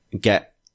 Get